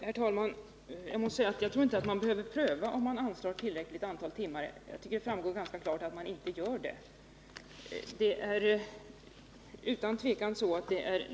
Herr talman! Jag tror inte att nämnderna behöver pröva om de anslår tillräckligt antal timmar-— jag tycker att det ganska klart framgår att de inte gör det. Det är utan tvive!